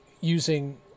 using